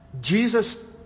Jesus